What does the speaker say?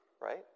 right